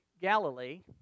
Galilee